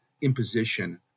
imposition